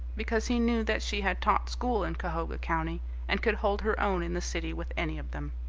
because he knew that she had taught school in cahoga county and could hold her own in the city with any of them.